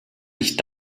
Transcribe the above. nicht